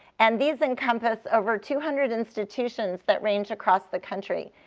and these encompass over two hundred institutions that range across the country.